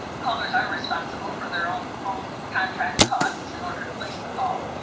callers are responsible for their own phone contract costs in order to place the call.